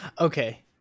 Okay